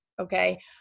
okay